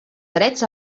drets